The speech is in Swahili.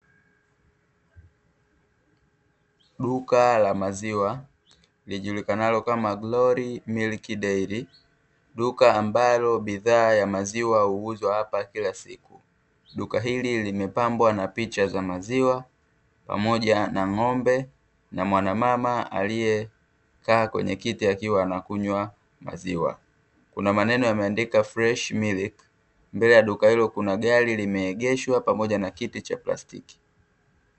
Duka la maziwa lijulikanalo kama "GLORY MILK DAILY" duka ambalo bidhaa ya maziwa huuzwa hapa kila siku. Duka hili limepambwa na picha za maziwa pamoja na ng'ombe na mwanamama aliyekaa kwenye kiti akiwa anakunywa maziwa, kuna maneno yameandikwa "fresh milk", mbele ya duka hilo kuna gari limeegeshwa pamoja na kiti cha plastiki.